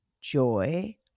joy